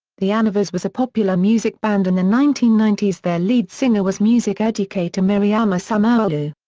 the anivas was a popular music band in the nineteen ninety s their lead singer was music educator miriama samuelu.